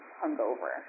hungover